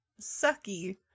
sucky